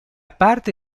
parte